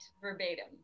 verbatim